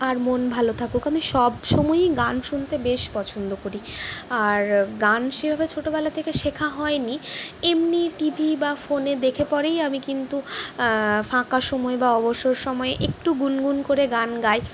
আর মন ভালো থাকুক আমি সবসময়েই গান শুনতে বেশ পছন্দ করি আর গান সেভাবে ছোটবেলা থেকে শেখা হয়নি এমনি টিভি বা ফোনে দেখে পরেই আমি কিন্তু ফাঁকা সময় বা অবসর সময় একটু গুনগুন করে গান গাই